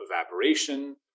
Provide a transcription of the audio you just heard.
evaporation